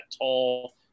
tall